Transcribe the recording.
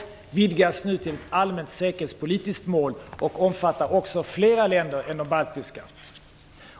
Syftet vidgas nu till ett allmänt säkerhetspolitiskt mål och omfattar också fler länder än de baltiska.